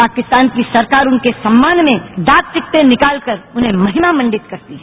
पाकिस्तान की सरकार उनके सम्मान में डाक टिकटें निकाल कर उन्हें महिमा मंडित करती है